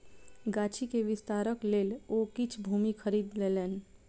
गाछी के विस्तारक लेल ओ किछ भूमि खरीद लेलैन